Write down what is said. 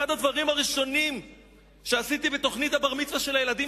אחד הדברים הראשונים שעשיתי בתוכנית הבר-מצווה של הילדים